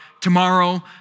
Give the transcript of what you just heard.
tomorrow